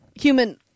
Human